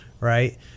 right